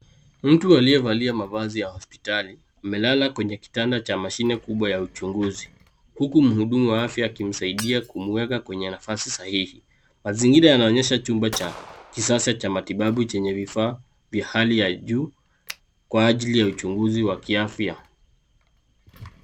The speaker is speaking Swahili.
Mtu aliyevalia mavazi ya hospitali amelala kwenye kitanda cha mashine kubwa ya uchunguzi, huku muhudumu wa afya akimsaidia kumweka kwenye nafasi sahihi, mazingira yanaonyesha chumba cha kisasa cha matibabu chenye vifaa vya hali ya juu kwa ajili ya uchunguzi wa kiafya.